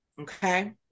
okay